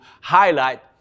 highlight